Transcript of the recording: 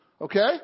Okay